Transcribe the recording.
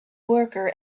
worker